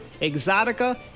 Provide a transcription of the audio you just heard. exotica